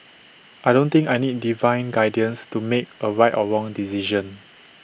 I don't think I need divine guidance to make A right or wrong decision